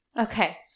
Okay